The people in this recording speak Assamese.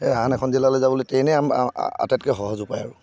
আন এখন জিলালৈ যাবলৈ ট্ৰেইনেই আটাইতকৈ সহজ উপায় আৰু